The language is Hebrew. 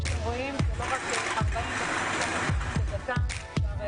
וכפי שאתם שומעים כל אחד פה נאחז בצד שלו.